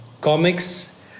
comics